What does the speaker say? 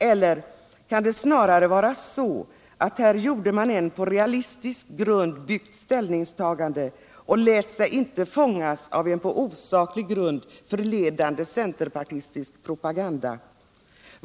Eller kan det snarare vara så att här gjorde man ett på realistisk grund byggt ställningstagande och lät sig inte fångas av en på osaklig grund förledande centerpartistisk propaganda?